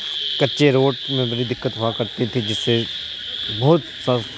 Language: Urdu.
کچے روڈ میں بڑی دقت ہوا کرتی تھی جس سے بہت